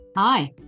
Hi